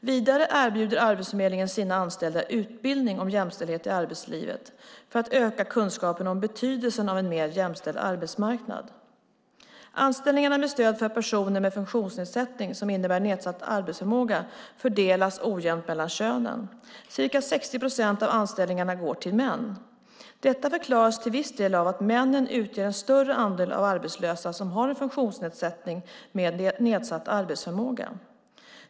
Vidare erbjuder Arbetsförmedlingen sina anställda utbildning om jämställdhet i arbetslivet för att öka kunskapen om betydelsen av en mer jämställd arbetsmarknad. Anställningarna med stöd för personer med funktionsnedsättning som innebär nedsatt arbetsförmåga fördelas ojämnt mellan könen: Ca 60 procent av anställningarna går till män. Detta förklaras till viss del av att männen utgör en större andel av arbetslösa som har en funktionsnedsättning med nedsatt arbetsförmåga.